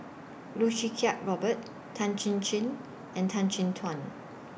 Loh Choo Kiat Robert Tan Chin Chin and Tan Chin Tuan